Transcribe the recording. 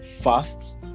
fast